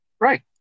right